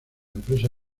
empresa